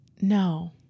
No